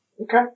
Okay